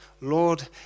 Lord